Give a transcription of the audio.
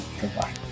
Goodbye